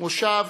מושב